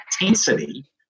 intensity